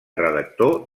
redactor